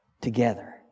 Together